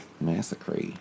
Massacre